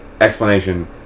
explanation